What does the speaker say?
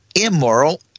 immoral